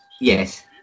Yes